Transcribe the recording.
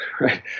right